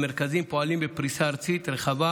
המרכזים פועלים בפריסה ארצית רחבה.